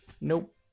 Nope